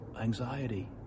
anxiety